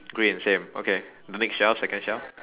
green same okay the next shelf second shelf